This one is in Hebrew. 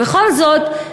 ובכל זאת,